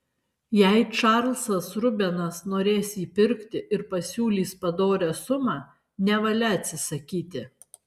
jei čarlzas rubenas norės jį pirkti ir pasiūlys padorią sumą nevalia atsisakyti